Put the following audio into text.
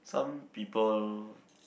some people